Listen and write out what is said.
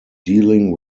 dealing